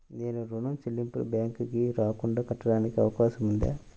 నేను ఋణం చెల్లింపులు బ్యాంకుకి రాకుండా కట్టడానికి అవకాశం ఉందా?